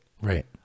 Right